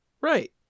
Right